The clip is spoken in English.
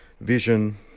vision